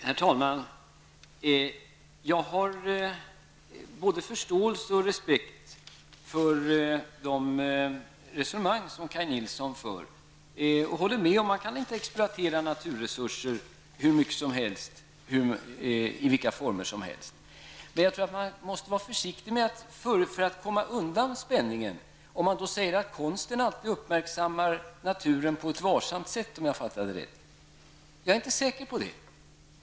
Herr talman! Jag har både förståelse och respekt för de resonemang som Kaj Nilsson för. Jag håller med om man inte kan exploatera naturresurser hur mycket som helst och i vilka former som helst. Men jag tror att måste vara litet försiktig för att komma undan spänningen. Om jag förstod Kaj Nilsson rätt menade han att konsten alltid uppmärksammar naturen på ett varsamt sätt. Jag är inte säker på det.